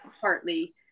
Partly